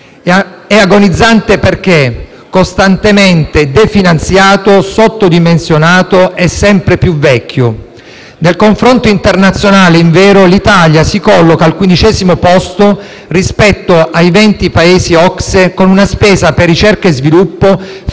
È agonizzante perché costantemente definanziato, sottodimensionato e sempre più vecchio. Nel confronto internazionale, invero, l'Italia si colloca al quindicesimo posto rispetto ai venti Paesi OCSE, con una spesa per ricerca e sviluppo ferma